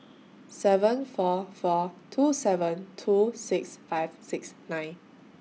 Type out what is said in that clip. seven four four two seven two six five six nine